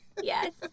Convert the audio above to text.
Yes